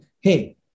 hey